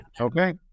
okay